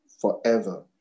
forever